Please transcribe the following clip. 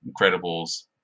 Incredibles